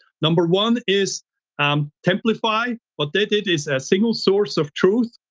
number one is um templafy, what they did is a single source of truth,